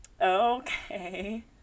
Okay